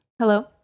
Hello